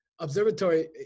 observatory